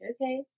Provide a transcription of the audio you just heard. okay